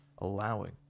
allowing